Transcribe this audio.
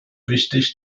wichtig